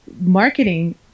marketing